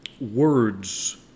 words